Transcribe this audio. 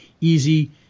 easy